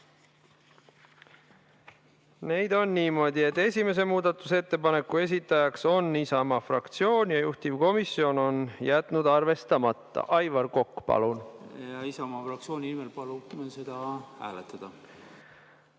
On niimoodi, et esimese muudatusettepaneku esitaja on Isamaa fraktsioon ja juhtivkomisjon on jätnud selle arvestamata. Aivar Kokk, palun! Isamaa fraktsiooni nimel palun seda hääletada.